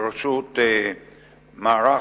בראשות מערך,